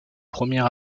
premier